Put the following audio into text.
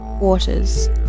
waters